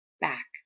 back